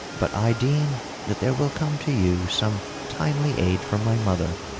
but i deem that there will come to you some timely aid from my mother.